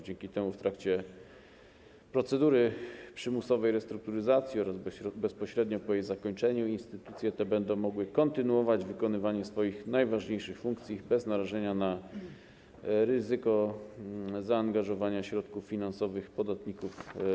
Dzięki temu w trakcie procedury przymusowej restrukturyzacji oraz bezpośrednio po jej zakończeniu instytucje te będą mogły kontynuować wykonywanie swoich najważniejszych funkcji bez narażenia na ryzyko stabilności finansowej lub zaangażowania środków finansowych podatników.